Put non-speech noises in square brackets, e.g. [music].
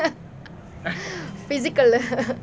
[laughs] physical